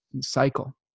cycle